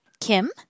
Kim